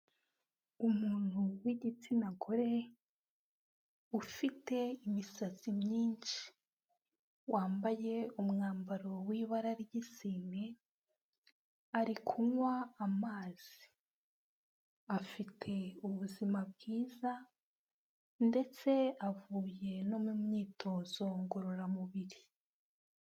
Umuntu w'igitsina gore ufite imisatsi myinshi, wambaye umwambaro w'ibara ry'isine ari kunywa amazi, afite ubuzima bwiza ndetse avuye no mu myitozo ngororamubiri.